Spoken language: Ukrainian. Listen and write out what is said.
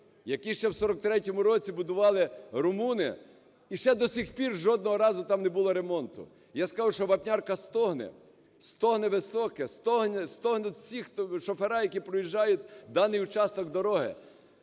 які ще в 43-му році будували румуни, і ще до сих пір жодного разу там не було ремонту. Я скажу, що Вапнярка стогне, стогне Високе, стогнуть всі шофери, які проїжджають даний участок дороги.